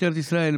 משטרת ישראל,